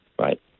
right